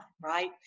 right